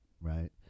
right